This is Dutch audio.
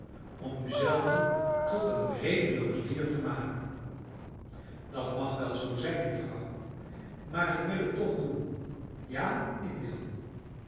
om u zelve tot een redeloos dier te maken dat mag wel zoo zijn juffrouw maar ik wil het toch doen ja ik wil